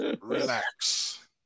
Relax